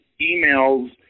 emails